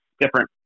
different